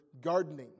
gardening